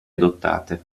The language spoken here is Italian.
adottate